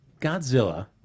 Godzilla